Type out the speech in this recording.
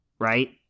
right